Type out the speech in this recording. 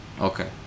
okay